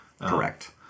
Correct